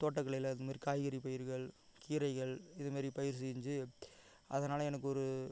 தோட்டக்கலையில் இதுமாதிரி காய்கறி பயிர்கள் கீரைகள் இதுமாதிரி பயிர் செஞ்சு அதனால் எனக்கு ஒரு